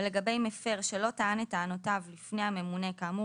ולגבי מפר שלא טען את טענותיו לפני הממונה כאמור